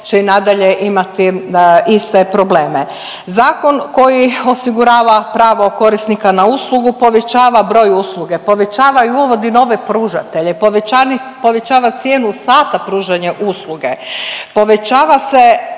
će i nadalje imati iste probleme. Zakon koji osigurava pravo korisnika na uslugu povećava broj usluge, povećava i uvodi nove pružatelje, povećava cijenu sata pružanja usluge, povećava se